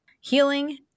Healing